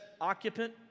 occupant